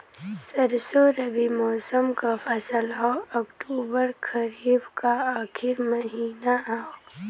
सरसो रबी मौसम क फसल हव अक्टूबर खरीफ क आखिर महीना हव